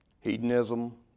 Hedonism